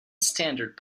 standard